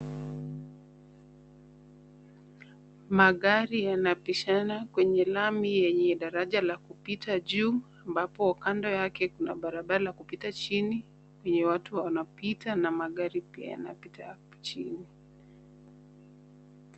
Magari yanapishana kwenye lami yenye daraja la kupita juu ambapo kando yake kuna barabara ya kupita chini yenye watu wanapita na magari pia yanapita hapo chini.